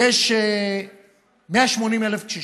יש 180,000 קשישים,